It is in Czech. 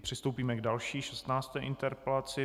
Přistoupíme k další, šestnácté interpelaci.